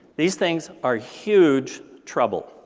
these things are huge trouble.